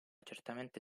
certamente